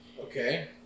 Okay